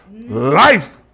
life